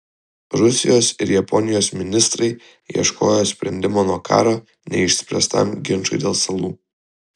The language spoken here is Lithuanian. rusijos ir japonijos ministrai ieškojo sprendimo nuo karo neišspręstam ginčui dėl salų